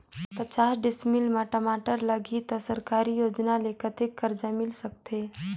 पचास डिसमिल मा टमाटर लगही त सरकारी योजना ले कतेक कर्जा मिल सकथे?